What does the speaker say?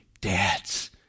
dads